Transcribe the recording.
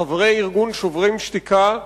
חברי ארגון "שוברים שתיקה",